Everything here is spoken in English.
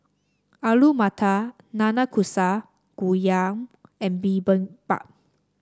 Alu Matar Nanakusa Gayu and Bibimbap